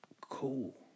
cool